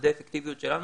מדדי האפקטיביות שלנו,